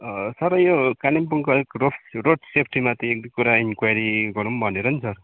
sir यो कालिम्पोङको रोस रोड सेफ्टीमाथि एकदुई कुरा इन्क्वारी गरौँ भनेर नि सर